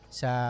sa